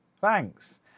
Thanks